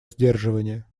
сдерживания